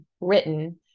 written